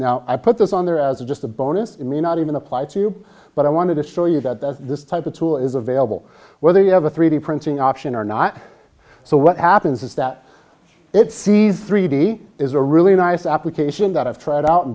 now i put this on there as just a bonus it may not even apply to you but i wanted to show you that this type of tool is available whether you have a three d printing option or not so what happens is that it sees three d is a really nice application that i've tried out in